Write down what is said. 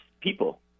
people